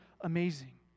amazing